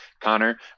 Connor